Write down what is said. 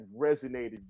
resonated